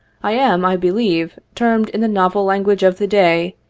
i am, i believe, termed, in the novel language of the day,